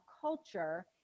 culture